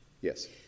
Yes